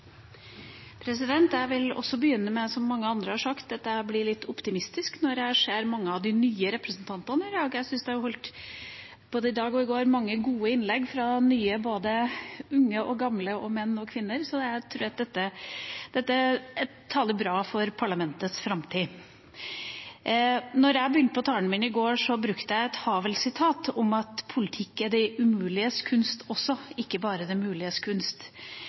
Jeg vil også begynne med – som mange andre også har sagt – at jeg blir litt optimistisk når jeg ser mange av de nye representantene her i dag. Jeg synes det både i dag og i går er blitt holdt mange gode innlegg fra de nye, både unge og gamle og menn og kvinner, så jeg tror at dette taler godt for parlamentets framtid. Da jeg begynte på talen min i går, brukte jeg et Havel-sitat om at politikk også er det umuliges kunst, ikke bare det muliges kunst.